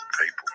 people